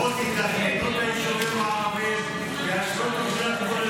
בואו תתכננו את היישובים הערביים, להשוות תוכניות